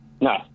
No